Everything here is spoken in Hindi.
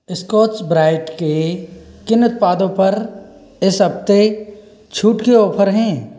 स्कॉच ब्राइट के किन उत्पादों पर इस हफ़्ते छूट के ऑफ़र हैं